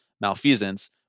malfeasance